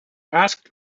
asked